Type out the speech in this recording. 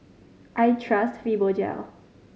I trust Fibogel